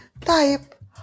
type